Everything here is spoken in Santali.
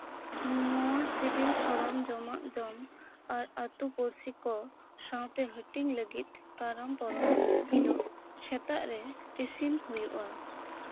ᱱᱚᱣᱟ ᱥᱤᱵᱤᱞ ᱥᱚᱲᱚᱢ ᱡᱚᱢᱟᱜ ᱡᱚᱢ ᱟᱨ ᱟᱛᱳ ᱯᱩᱲᱥᱤ ᱠᱚ ᱥᱟᱶᱛᱮ ᱦᱟᱹᱴᱤᱧ ᱞᱟᱹᱜᱤᱫ ᱠᱟᱨᱟᱢ ᱯᱚᱨᱚᱵᱽ ᱦᱤᱞᱳᱜ ᱥᱮᱛᱟᱜ ᱨᱮ ᱤᱥᱤᱱ ᱦᱩᱭᱩᱜᱼᱟ